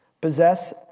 possess